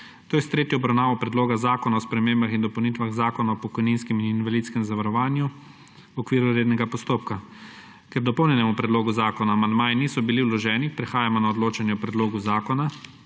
to je s tretjo obravnavo Predloga zakona o spremembah in dopolnitvah Zakona o pokojninskem in invalidskem zavarovanj v okviru rednega postopka. Ker k dopolnjenemu predlogu zakona amandmaji niso bili vloženi, prehajamo na odločanje o predlogu zakona.